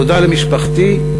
תודה למשפחתי,